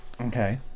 Okay